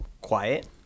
quiet